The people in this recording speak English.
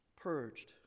purged